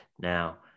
now